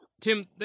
Tim